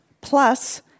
plus